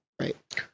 Right